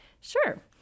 Sure